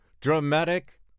dramatic